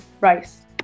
Rice